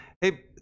hey